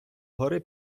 гори